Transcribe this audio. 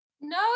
No